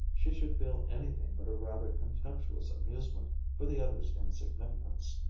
she should feel anything but a rather contemptuous amusement for the other's insignificance,